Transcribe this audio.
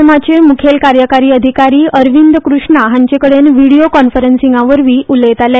एमाचे मुखेल कार्यकारी अधिकारी अरविंद कृष्णा हांचेकडेन व्हिडिओ कॉन्फरंसावरवी उलयताले